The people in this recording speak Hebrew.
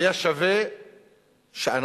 היה שווה שאנחנו,